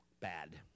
bad